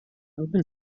open